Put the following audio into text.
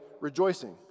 rejoicing